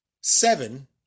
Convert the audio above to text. seven